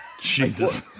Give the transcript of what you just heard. Jesus